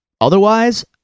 otherwise